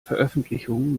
veröffentlichung